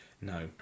No